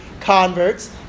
converts